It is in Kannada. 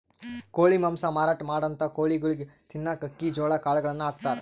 ಕೋಳಿ ಮಾಂಸ ಮಾರಾಟ್ ಮಾಡಂಥ ಕೋಳಿಗೊಳಿಗ್ ತಿನ್ನಕ್ಕ್ ಅಕ್ಕಿ ಜೋಳಾ ಕಾಳುಗಳನ್ನ ಹಾಕ್ತಾರ್